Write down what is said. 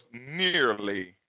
nearly